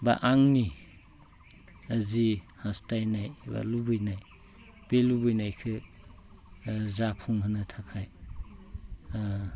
बा आंनि जि हास्थायनाय बा लुगैनाय बे लुगैनायखौ जाफुंहोनो थाखाय